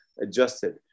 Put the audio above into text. adjusted